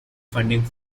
funding